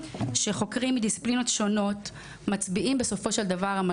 שחוקרים מדיסציפלינות שונות מצביעים בסופו של דבר על